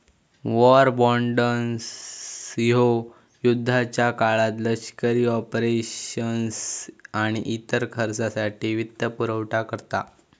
war bonds ह्यो युद्धाच्या काळात लष्करी ऑपरेशन्स आणि इतर खर्चासाठी वित्तपुरवठा करता